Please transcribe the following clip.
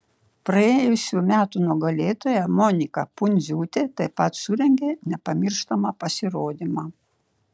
praėjusių metų nugalėtoja monika pundziūtė taip pat surengė nepamirštamą pasirodymą